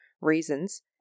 reasons